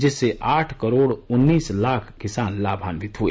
जिससे आठ करोड उन्नीस लाख किसान लाभान्वित हुए